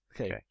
Okay